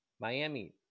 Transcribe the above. Miami